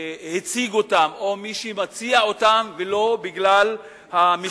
שהציג אותן או מי שמציע אותן ולא בגלל המשקל האמיתי שלהן.